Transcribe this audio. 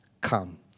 come